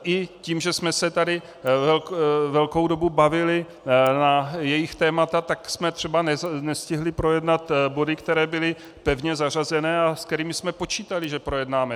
I tím, že jsme se tady velkou dobu bavili na jejich témata, tak jsme třeba nestihli projednat body, které byly pevně zařazeny a s kterými jsme počítali, že je projednáme.